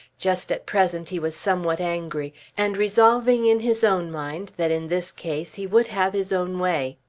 just at present he was somewhat angry, and resolving in his own mind that in this case he would have his own way.